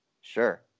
sure